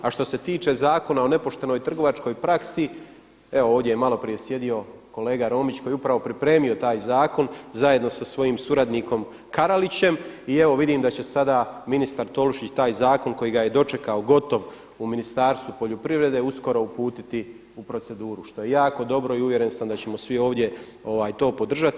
A što se tiče Zakona o nepoštenoj trgovačkoj praksi, evo ovdje je malo prije sjedio kolega Romić koji je upravo pripremio taj zakon zajedno sa svojim suradnikom Karalićem i evo vidim da će sada ministar Tolušić taj zakon koji ga je dočekao gotov u Ministarstvu poljoprivrede uskoro uputiti u proceduru što je jako dobro i uvjeren sam da ćemo svi ovdje to podržati.